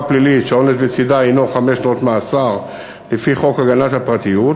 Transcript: פלילית שהעונש בצדה הוא חמש שנות מאסר לפי חוק הגנת הפרטיות,